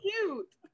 cute